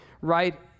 right